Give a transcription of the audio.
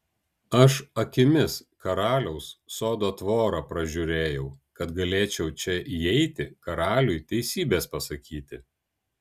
aš akimis karaliaus sodo tvorą pražiūrėjau kad galėčiau čia įeiti karaliui teisybės pasakyti